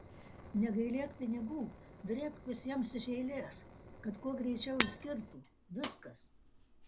negailėk pinigų drėbk visiems iš eilės kad kuo greičiau išskirtų viskas